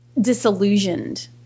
disillusioned